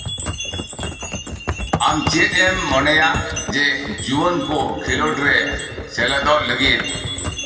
ᱟᱢ ᱪᱮᱫ ᱮᱢ ᱢᱚᱱᱮᱭᱟ ᱡᱮ ᱡᱩᱣᱟᱹᱱ ᱠᱚ ᱠᱷᱮᱞᱳᱰᱨᱮ ᱥᱮᱞᱮᱫᱚᱜ ᱞᱟᱹᱜᱤᱫ